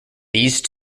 these